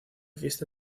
fiesta